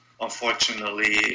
Unfortunately